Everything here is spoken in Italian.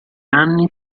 anni